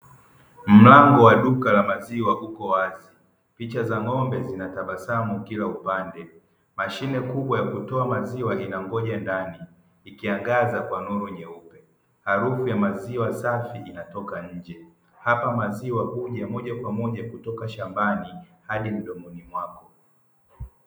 Mlango wa duka la maziwa uko wazi, picha za ng'ombe zinatabasamu kila upande. Mashine kubwa ya kutoa maziwa inangoja ndani, ikiangaza kwa nuru nyeupe. Harufu ya maziwa safi inatoka nje. Hapa maziwa huja moja kwa moja kutoka shambani hadi mdomoni mwako.